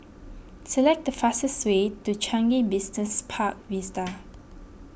select the fastest way to Changi Business Park Vista